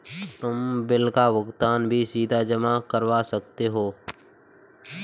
तुम बिल का भुगतान भी सीधा जमा करवा सकते हो